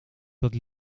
dat